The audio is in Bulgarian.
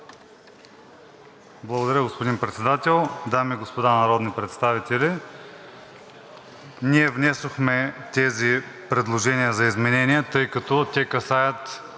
Благодаря, господин Председател. Дами и господа народни представители! Ние внесохме тези предложения за изменения, тъй като те касаят